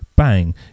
Bang